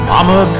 Mama